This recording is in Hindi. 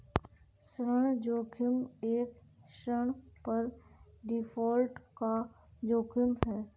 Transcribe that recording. ऋण जोखिम एक ऋण पर डिफ़ॉल्ट का जोखिम है